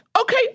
Okay